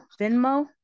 venmo